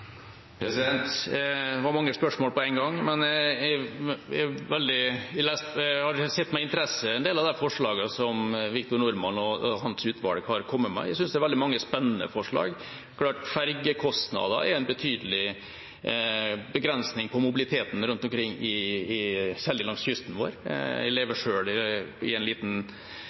Det var mange spørsmål på en gang, men jeg har med interesse lest en del av de forslagene som Victor Norman og hans utvalg har kommet med. Jeg synes det er veldig mange spennende forslag. Det er klart at fergekostnader er en betydelig begrensning på mobiliteten rundt omkring, særlig langs kysten vår. Jeg lever selv i en